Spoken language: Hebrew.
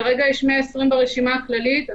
כרגע יש 120 ברשימה הכללית.